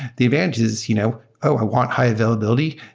the advantage is, you know oh! i want high-availability.